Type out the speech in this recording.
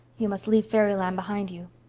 you must leave fairyland behind you.